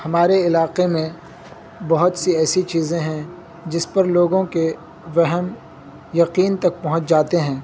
ہمارے علاقے میں بہت سی ایسی چیزیں ہیں جس پر لوگوں کے وہم یقین تک پہنچ جاتے ہیں